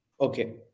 okay